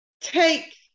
take